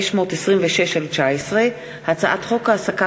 חוב שמנהלת משא-ומתן לגיבוש הסדר חוב),